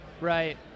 Right